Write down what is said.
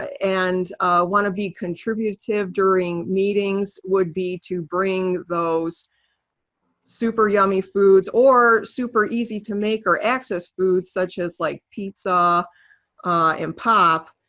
and wanna be contributive during meetings would be to bring those super yummy foods. or super easy to make or access foods, such as like pizza and pop.